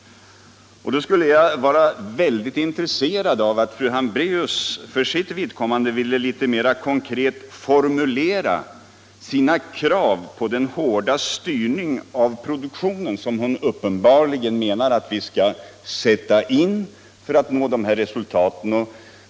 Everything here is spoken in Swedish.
Jag skulle i så fall vara mycket intresserad av att fru Hambraeus för sitt vidkommande ville litet mera konkret formulera sina krav på den hårda styrning av produktionen som hon uppenbarligen menar att vi skulle sätta in för att nå de önskade resultaten.